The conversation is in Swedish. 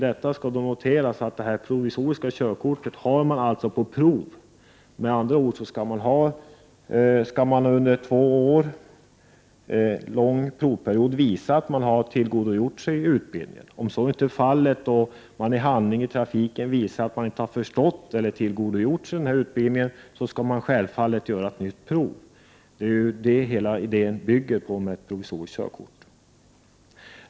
Det skall noteras att det provisoriska körkortet kommer att gälla under en provperiod om två år, då man skall visa att man har tillgodogjort sig utbildningen. Om så inte är fallet och man i handling i trafiken visar att man inte har förstått eller tillgodogjort sig utbildningen, skall man självfallet få göra ett nytt prov. Det är själva idén med ett provisoriskt körkort.